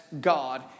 God